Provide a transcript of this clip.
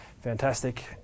fantastic